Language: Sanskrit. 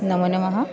नमोनमः